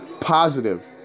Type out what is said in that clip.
positive